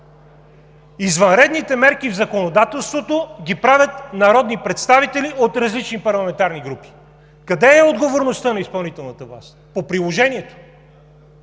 Извънредните мерки в законодателството ги правят народни представители от различни парламентарни групи! Къде е отговорността на изпълнителната власт по приложението?